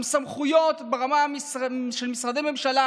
עם סמכויות ברמה של משרדי ממשלה,